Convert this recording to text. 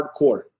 hardcore